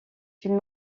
une